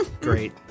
Great